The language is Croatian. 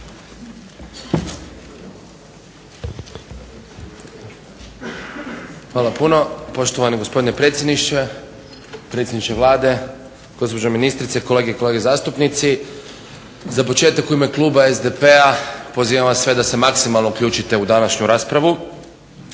Hvala puno. Poštovani gospodine predsjedniče, predsjedniče Vlade, gospođo ministrice, kolegice i kolege zastupnici za početak u ime kluba SDP-a pozivam vas sve da se maksimalno uključite u današnju raspravu.